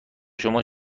شما